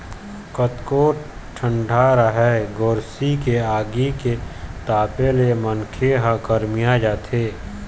कतको ठंडा राहय गोरसी के आगी के तापे ले मनखे ह गरमिया जाथे